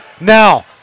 Now